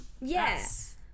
Yes